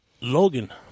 Logan